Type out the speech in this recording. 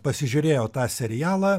pasižiūrėjo tą serialą